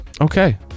Okay